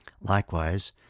Likewise